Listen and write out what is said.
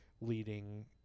leading